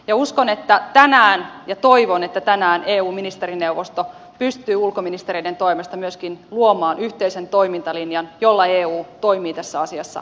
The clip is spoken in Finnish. ja uskon että tänään ja toivon että tänään eu ministerineuvosto pystyy ulkoministereiden toimesta myöskin luomaan yhteisen toimintalinjan jolla eu toimii tässä asiassa aktiivisesti